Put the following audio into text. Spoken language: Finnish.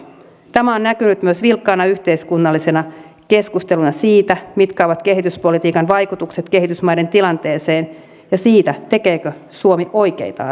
tämä on näkynyt myös vilkkaana yhteiskunnallisena keskusteluna siitä mitkä ovat kehityspolitiikan vaikutukset kehitysmaiden tilanteeseen ja tekeekö suomi oikeita asioita